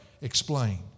explain